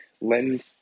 lend